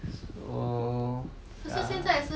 so ya